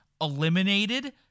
eliminated